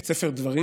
את ספר דברים,